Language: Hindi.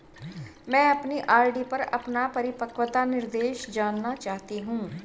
मैं अपनी आर.डी पर अपना परिपक्वता निर्देश जानना चाहती हूँ